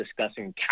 discussing